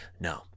No